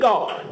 God